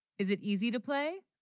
is it easy to play